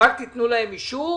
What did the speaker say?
רק תתנו להם אישור